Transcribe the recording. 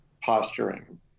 posturing